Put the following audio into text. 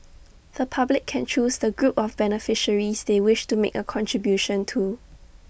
the public can choose the group of beneficiaries they wish to make A contribution to